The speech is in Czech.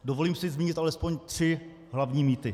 Dovolím si zmínit alespoň tři hlavní mýty.